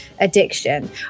addiction